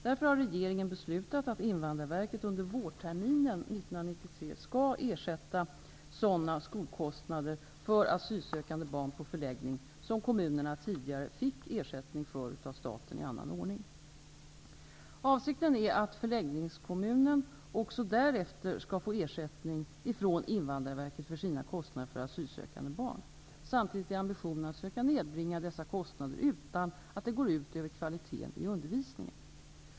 Därför har regeringen beslutat att Invandrarverket under vårterminen 1993 skall ersätta sådana skolkostnader för asylsökande barn på förläggning som kommunerna tidigare fick ersättning för av staten i annan ordning. Avsikten är att förläggningskommunen också därefter skall få ersättning från Invandrarverket för sina kostnader för asylsökande barn. Samtidigt är ambitionen att söka nedbringa dessa kostnader utan att det går ut över kvaliteten i undervisningen.